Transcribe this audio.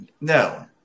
no